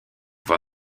von